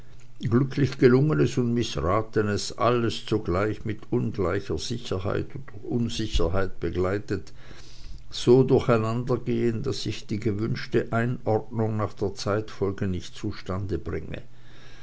glücklich gelungenes und mißratenes alles zugleich mit ungleicher sicherheit oder unsicherheit begleitet so durcheinandergehen daß ich die gewünschte einordnung nach der zeitfolge nicht recht zustande bringe